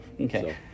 Okay